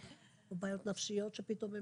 כן, זה מה שאמרתי, או בעיות נפשיות שפתאום.